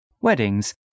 weddings